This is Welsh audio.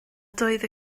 doedd